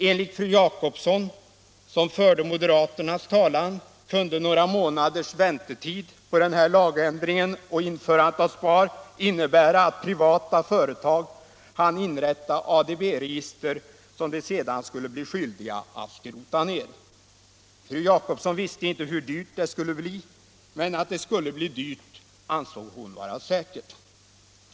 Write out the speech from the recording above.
Enligt fru Jacobsson, som förde moderaternas talan, kunde några månaders väntetid på lagändringen och införandet av SPAR innebära att privata företag hann inrätta ADB-register som de sedan skulle bli skyldiga att skrota ner. Fru Jacobsson visste inte hur dyrt det skulle bli, men att det skulle bli dyrt ansåg hon vara säkert.